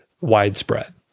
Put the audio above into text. widespread